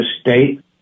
State